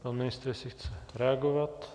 Pan ministr, jestli chce reagovat.